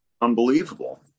unbelievable